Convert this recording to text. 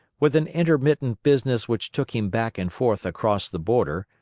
with an intermittent business which took him back and forth across the border,